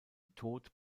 tod